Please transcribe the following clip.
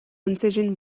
incision